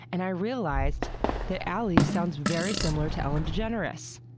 and i realized that alie sounds very similar to ellen degeneres.